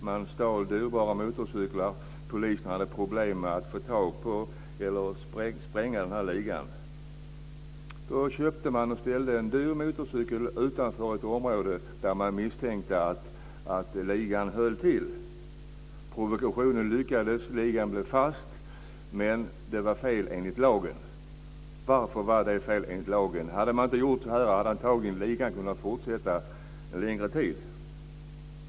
Den stal dyrbara motorcyklar. Polisen hade problem med att spränga den här ligan. Då köpte man och ställde en dyr motorcykel utanför ett område där man misstänkte att ligan höll till. Provokationen lyckades. Ligan blev fast. Men det var fel enligt lagen. Varför var det fel enligt lagen? Hade man inte gjort så här hade ligan antagligen kunnat fortsätta länge till.